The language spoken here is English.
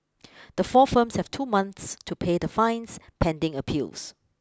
the four firms have two months to pay the fines pending appeals